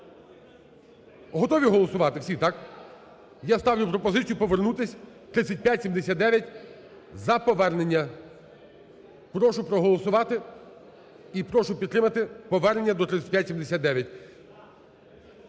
Готові голосувати всі, так? Я ставлю пропозицію повернутись 3579, за повернення. Прошу проголосувати і прошу підтримати повернення до 3579.